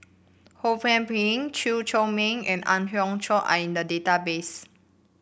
Ho Kwon Ping Chew Chor Meng and Ang Hiong Chiok are in the database